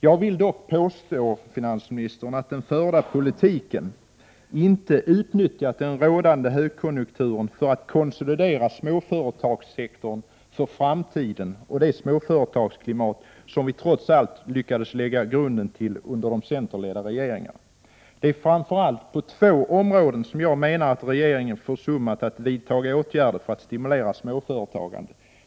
Jag vill dock påstå, finansministern, att den förda politiken inte utnyttjat den rådande högkonjunkturen för att för framtiden konsolidera småföretagssektorn och det småföretagsklimat som vi trots allt lyckades lägga grunden till under de centerledda regeringarna. Det är på framför allt två områden som jag menar att regeringen försummat att vidta åtgärder för att stimulera småföretagande.